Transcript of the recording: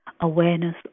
awareness